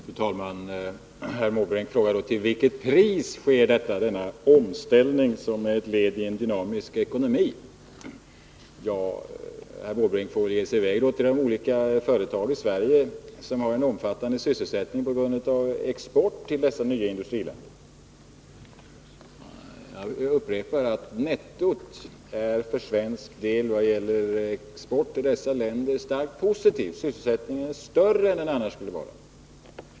Fru talman! Herr Måbrink frågar: Till vilket pris sker denna omställning som är ett led i en dynamisk ekonomi? Ja, herr Måbrink får väl ge sig i väg till de olika företag i Sverige som har en omfattande sysselsättning på grund av export till dessa nya industriländer. Jag upprepar att nettot för svensk del i vad gäller export till dessa länder är starkt positivt, vilket bidrar till att sysselsättningen är större än den annars skulle vara.